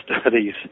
studies